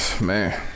Man